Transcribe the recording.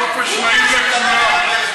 חופש נעים לכולם.